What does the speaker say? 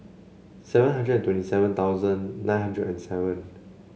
seven hundred and twenty seven thousand nine hundred and seven